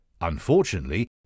Unfortunately